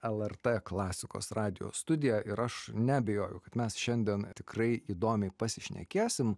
lrt klasikos radijo studiją ir aš neabejoju kad mes šiandien tikrai įdomiai pasišnekėsim